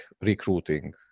recruiting